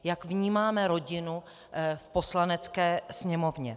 Jak vnímáme rodinu v Poslanecké sněmovně.